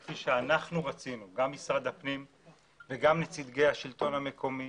כפי שמשרד הפנים רצה וכן נציגי השלטון המקומי